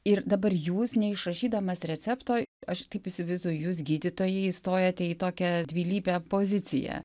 ir dabar jūs neišrašydamas recepto aš taip įsivaizduoju jūs gydytojai įstojate į tokią dvilypę poziciją